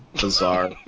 bizarre